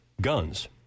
guns